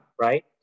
right